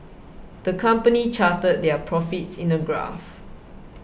the company charted their profits in a graph